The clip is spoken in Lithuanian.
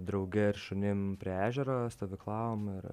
drauge ir šunim prie ežero stovyklavom ir